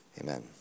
Amen